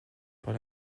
par